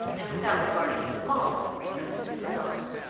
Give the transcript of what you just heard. and without regarding them at all, returned them to her daughter.